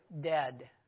dead